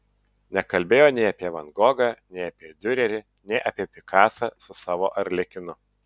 nekalbėjo nei apie van gogą nei apie diurerį nei apie pikasą su savo arlekinu